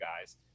guys